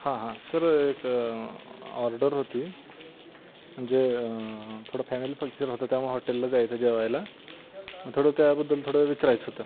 हां हां सर एक ऑर्डर होती म्हणजे थोडं फॅमिली पच्चर होतं त्यामुळे हॉटेलला जायचं जेवायला मग थोडं त्याबद्दल थोडं विचारायचं होतं